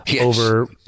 over